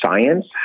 science